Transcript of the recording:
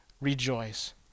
rejoice